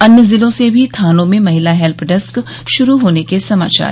अन्य जिलों से भी थानों में महिला हेल्प डेस्क श्रू होने के समाचार हैं